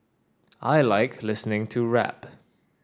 I like listening to rap